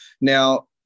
Now